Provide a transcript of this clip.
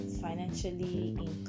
financially